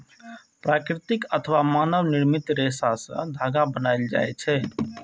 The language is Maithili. प्राकृतिक अथवा मानव निर्मित रेशा सं धागा बनायल जाए छै